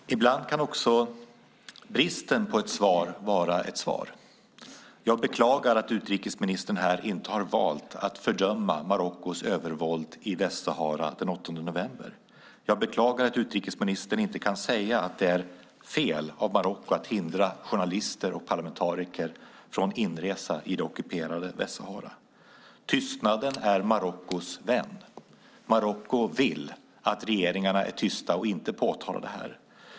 Herr talman! Ibland kan också bristen på ett svar vara ett svar. Jag beklagar att utrikesministern här inte har valt att fördöma Marockos övervåld i Västsahara den 8 november. Jag beklagar att utrikesministern inte kan säga att det är fel av Marocko att hindra journalister och parlamentariker från inresa i det ockuperade Västsahara. Tystnaden är Marockos vän. Marocko vill att regeringarna är tysta och inte påtalar detta.